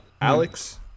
Alex